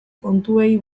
kontuei